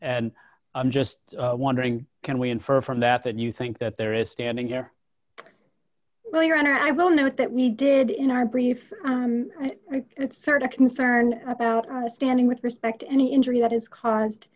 and i'm just wondering can we infer from that that you think that there is standing here well your honor i don't know if that we did in our brief it's sort of concern about the standing with respect any injury that is caused